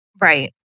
Right